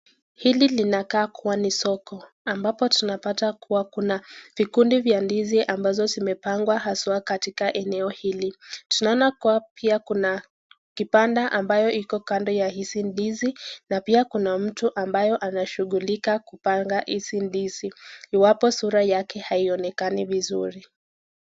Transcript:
Hili linakaa kuwa ni soko, ambapo tunapata kuwa kuna vikundi vya ndizi ambayo zimepangwa haswa katika eneo hili, tunaona kuwa pia kuna kibanda ambayo iko kando ya hizi ndizi na pia kuna mtu ambaye anashughulika kupanga hizi ndizi, iwapo sura yake haionekani vizuri.